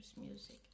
music